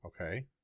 Okay